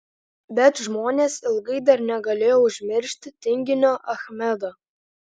bet žmonės ilgai dar negalėjo užmiršti tinginio achmedo